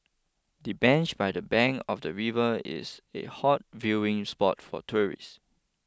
the bench by the bank of the river is a hot viewing spot for tourists